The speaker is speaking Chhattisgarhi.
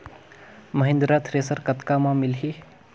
महिंद्रा थ्रेसर कतका म मिलही?